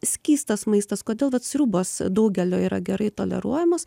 skystas maistas kodėl vat sriubos daugelio yra gerai toleruojamos